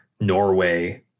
Norway